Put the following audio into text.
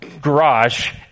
garage